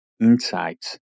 insights